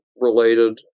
related